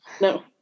no